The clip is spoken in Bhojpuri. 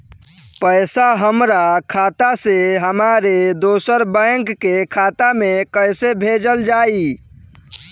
पैसा हमरा खाता से हमारे दोसर बैंक के खाता मे कैसे भेजल जायी?